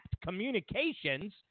communications